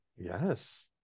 yes